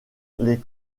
les